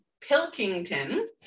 Pilkington